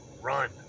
Run